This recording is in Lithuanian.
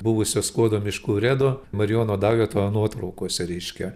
buvusio skuodo miškų urėdo marijono daujoto nuotraukose reiškia